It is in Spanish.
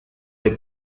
del